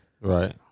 Right